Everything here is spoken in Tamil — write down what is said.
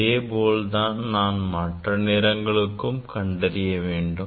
இதேபோல நான் மற்ற நிறங்களுக்கும் கண்டறிய வேண்டும்